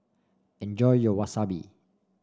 enjoy your Wasabi